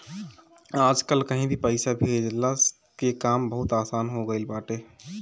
आजकल कहीं भी पईसा भेजला के काम बहुते आसन हो गईल बाटे